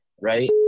Right